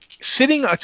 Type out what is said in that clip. Sitting